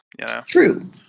True